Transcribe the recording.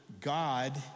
God